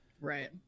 Right